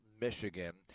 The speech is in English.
Michigan